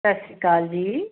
ਸਤਿ ਸ਼੍ਰੀ ਅਕਾਲ ਜੀ